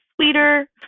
sweeter